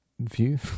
view